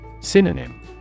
Synonym